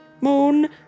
moon